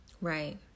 Right